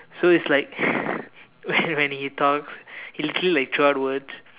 so is like when he talks he'll literally like throw out words